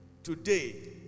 today